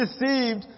deceived